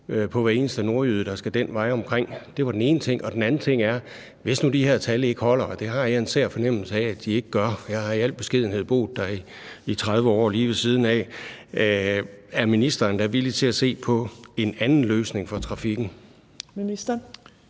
på hver eneste nordjyde, der skal den vej omkring. Det var den ene ting. Den anden ting er: Hvis nu de her tal ikke holder, og det har jeg en sær fornemmelse af at de ikke gør – jeg har i al beskedenhed boet der i 30 år, lige ved siden af – er ministeren da villig til at se på en anden løsning for trafikken?